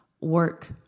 work